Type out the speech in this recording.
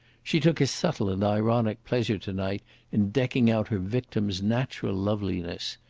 she took a subtle and ironic pleasure to-night in decking out her victim's natural loveliness.